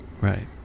Right